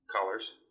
colors